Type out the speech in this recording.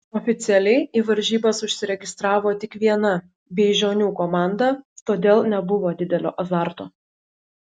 oficialiai į varžybas užsiregistravo tik viena beižionių komanda todėl nebuvo didelio azarto